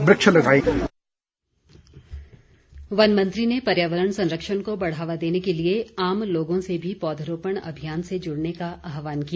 one मंत्री ने पर्यावरण संरक्षण को बढ़ावा देने के लिए आम लोगों से भी पौधरोपण अभियान से जुड़ने का आह्वान किया